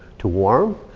to warm.